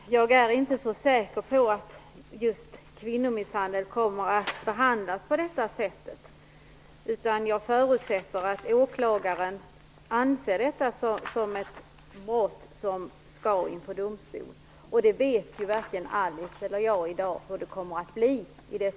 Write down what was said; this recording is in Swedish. Fru talman! Jag är inte så säker på att just kvinnomisshandel kommer att behandlas på detta sätt. Jag förutsätter att åklagaren anser det vara ett brott som skall inför domstol. Varken Alice Åström eller jag vet i dag hur det kommer att bli.